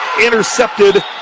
Intercepted